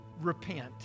repent